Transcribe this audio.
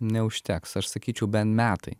neužteks aš sakyčiau bent metai